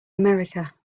america